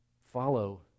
follow